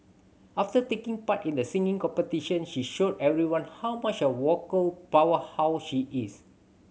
after taking part in the singing competition she showed everyone how much of a vocal powerhouse she is